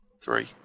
Three